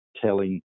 telling